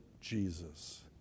Jesus